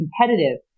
competitive